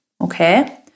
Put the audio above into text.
Okay